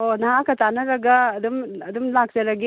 ꯑꯣ ꯅꯍꯥꯛꯀ ꯇꯥꯟꯅꯔꯒ ꯑꯗꯨꯝ ꯑꯗꯨꯝ ꯂꯥꯛꯆꯔꯒꯦ